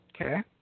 okay